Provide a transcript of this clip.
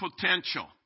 potential